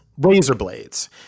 Razorblades